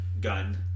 Gun